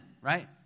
right